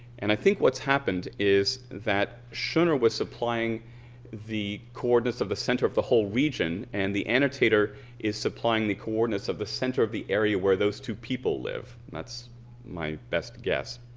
and i think what's happened is that schoner was supplying the coordinates of the center of the whole region and the annotator is supplying the coordinates of the center of the area where those two people live. that's my best guess.